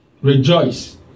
rejoice